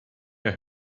mehr